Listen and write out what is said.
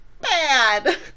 bad